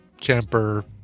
camper